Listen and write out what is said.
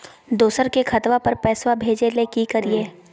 दोसर के खतवा पर पैसवा भेजे ले कि करिए?